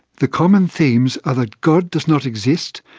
the common themes are that god does not exist,